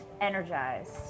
energized